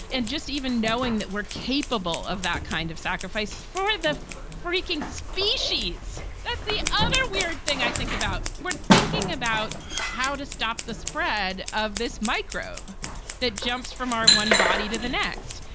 and just even knowing that we're capable of that kind of sacrifice for the freaking species. that's the other weird thing i think about when thinking about how to stop the spread of this microbe that jumps from our one body to the next.